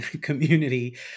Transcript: community